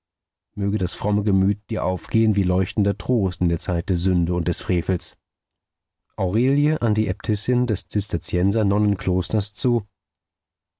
möge das fromme gemüt dir aufgehen wie leuchtender trost in der zeit der sünde und des frevels aurelie an die äbtissin des zisterzienser nonnenklosters zu